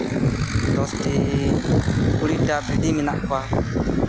ᱫᱚᱥᱴᱤ ᱠᱩᱲᱤᱴᱤ ᱵᱷᱤᱰᱤ ᱢᱮᱱᱟᱜ ᱠᱚᱣᱟ